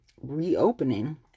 reopening